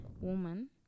woman